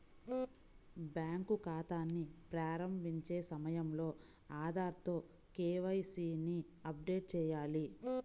bank ఖాతాని ప్రారంభించే సమయంలో ఆధార్ తో కే.వై.సీ ని అప్డేట్ చేయాలి